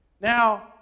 Now